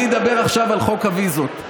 אני אדבר עכשיו על חוק הוויזות.